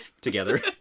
together